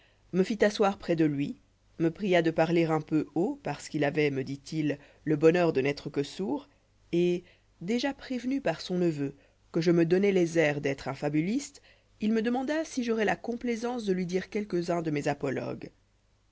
me fit asseoir près de lui me pria de parier un peu haut parce qu'il avoit me dit-il le bonheur de n'être que sourd et déjà prévenu par son neveu que je me donnois les airs d'être un fabuliste il me demanda si j'aurois la complaisance de lui dire quelquesunis de mes apologues